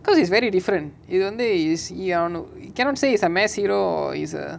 because he's very different இதுவந்து:ithuvanthu is eeyaano you cannot say he's a mass hero or is a